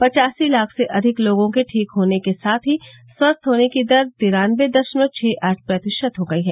पचासी लाख से अधिक लोगों के ठीक होने के साथ ही स्वस्थ होने की दर तिरानबे दशमलव छह आठ प्रतिशत हो गई है